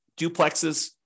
duplexes